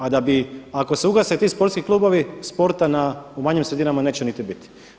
A da bi ako se ugase ti sportski klubovi sporta u manjim sredinama neće ni biti.